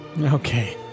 Okay